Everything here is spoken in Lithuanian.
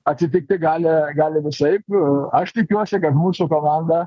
atsitikti gali gali visaip aš tikiuosi kad mūsų komanda